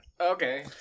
Okay